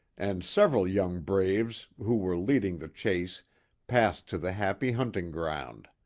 and several young braves, who were leading the chase passed to the happy hunting ground.